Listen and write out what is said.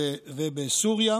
ובסוריה,